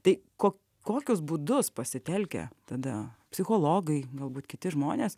tai ko kokius būdus pasitelkia tada psichologai galbūt kiti žmonės